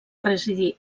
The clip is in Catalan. residir